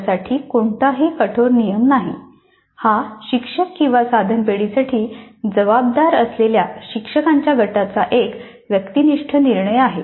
यासाठी कोणताही कठोर नियम नाही हा शिक्षक किंवा साधन पेढीेसाठी जबाबदार असलेल्या शिक्षकांच्या गटाचा एक व्यक्तिनिष्ठ निर्णय आहे